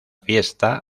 fiesta